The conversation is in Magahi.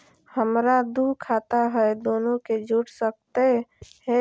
हमरा दू खाता हय, दोनो के जोड़ सकते है?